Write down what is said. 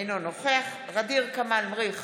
אינו נוכח ע'דיר כמאל מריח,